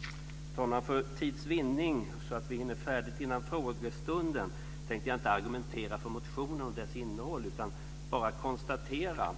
Fru talman! För tids vinning, så att vi hinner färdigt innan frågestunden, tänkte jag inte argumentera för motionen och dess innehåll utan bara konstatera